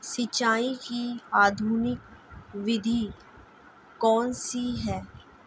सिंचाई की आधुनिक विधि कौनसी हैं?